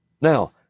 Now